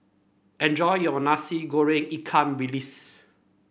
enjoy your Nasi Goreng Ikan Bilis